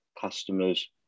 customers